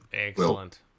Excellent